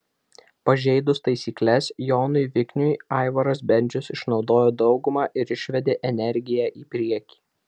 pažeidus taisykles jonui vikniui aivaras bendžius išnaudojo daugumą ir išvedė energiją į priekį